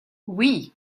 oui